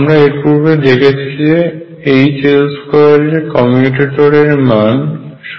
আমরা এরপূর্বে দেখেছি যে H L² এর মান শূন্য হয়